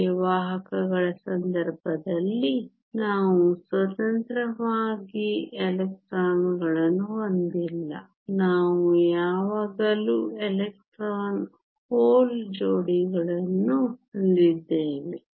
ಅರೆವಾಹಕಗಳ ಸಂದರ್ಭದಲ್ಲಿ ನಾವು ಸ್ವತಂತ್ರವಾಗಿ ಎಲೆಕ್ಟ್ರಾನ್ಗಳನ್ನು ಹೊಂದಿಲ್ಲ ನಾವು ಯಾವಾಗಲೂ ಎಲೆಕ್ಟ್ರಾನ್ ರಂಧ್ರ ಜೋಡಿಗಳನ್ನು ಹೊಂದಿದ್ದೇವೆ